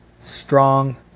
strong